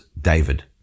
David